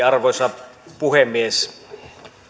arvoisa puhemies